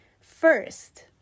First